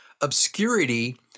obscurity